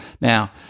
Now